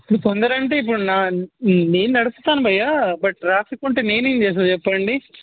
ఇప్పుడు తొందర అంటే ఇప్పుడు నా నేను నడుపుతాను భయ్యా బట్ ట్రాఫిక్ ఉంటే నేను ఏమి చేసేది చెప్పండి